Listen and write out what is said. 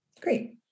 Great